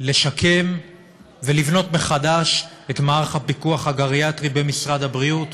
לשקם ולבנות מחדש את מערך הפיקוח הגריאטרי במשרד הבריאות,